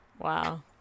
wow